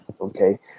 Okay